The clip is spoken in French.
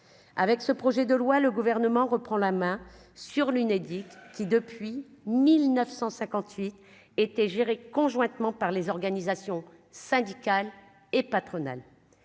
avec ce projet de loi, le gouvernement reprend la main. Sur l'Unédic, qui depuis 1958 était géré conjointement par les organisations syndicales et patronales,